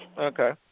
Okay